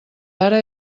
ara